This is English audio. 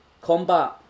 combat